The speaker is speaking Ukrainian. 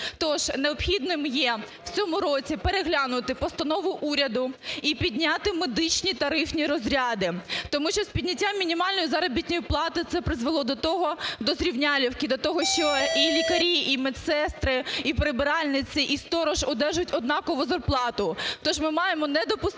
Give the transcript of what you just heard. Тож необхідним є в цьому році переглянути постанову уряду і підняти медичні тарифні розряди. Тому що з підняттям мінімальної заробітної плати це призвело до того, до зрівнялівки, до того, що і лікарі, і медсестри, і прибиральниці, і сторож одержують однакову зарплату. Тож ми маємо не допустити